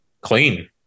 clean